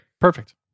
Perfect